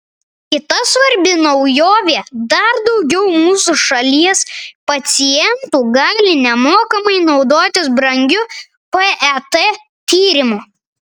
kita svarbi naujovė dar daugiau mūsų šalies pacientų gali nemokamai naudotis brangiu pet tyrimu